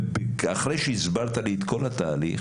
ואחרי שהסברת את כל התהליך,